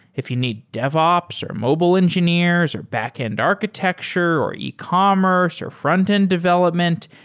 if you need devops, or mobile engineers, or backend architecture, or ecommerce, or frontend development,